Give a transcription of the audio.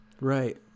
Right